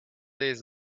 days